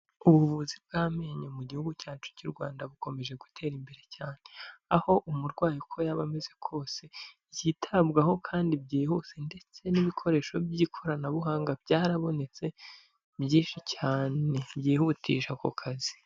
Ubuvuzi bw'amenyo mu gihugu cyacu cy'u Rwanda bukomeje gutera imbere cyane aho umurwayi uko yaba ameze kose yitabwaho kandi byihuse, ndetse n'ibikoresho by'ikoranabuhanga byarabonetse byinshi cyane byihutisha ako kazi.